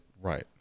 right